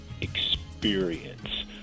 experience